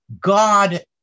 God